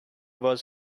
was